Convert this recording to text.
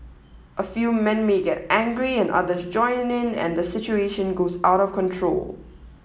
a few men may get angry and others join in and the situation goes out of control